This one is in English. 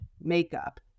makeup